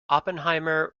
oppenheimer